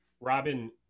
robin